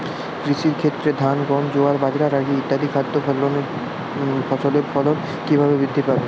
কৃষির ক্ষেত্রে ধান গম জোয়ার বাজরা রাগি ইত্যাদি খাদ্য ফসলের ফলন কীভাবে বৃদ্ধি পাবে?